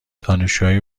دانشجوهای